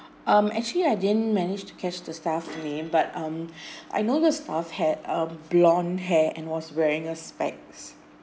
um actually I didn't manage to catch the staff's name but um I know the staff had a blonde hair and was wearing a specs